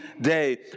day